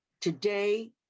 Today